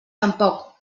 tampoc